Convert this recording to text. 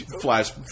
Flash